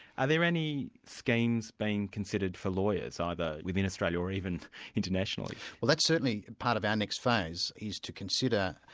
are there any schemes being considered for lawyers, either within australia or even internationally? well that's certainly part of our next phase, is to consider,